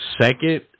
Second